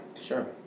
Sure